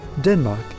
Denmark